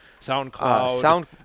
SoundCloud